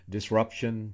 Disruption